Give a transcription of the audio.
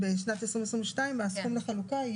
נפלה.